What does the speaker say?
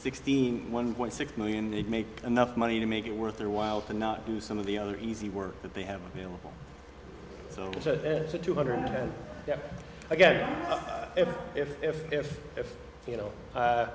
sixteen one point six million they'd make enough money to make it worth their while to not do some of the other easy work that they have available so it's a two hundred ten i get it if if